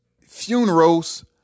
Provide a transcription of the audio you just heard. funerals